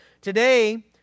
Today